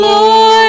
Lord